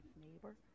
neighbor